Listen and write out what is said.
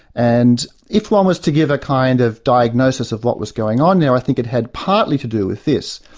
and, if one was to give a kind of diagnosis of what was going on there, i think it had partly to do with this.